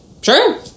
sure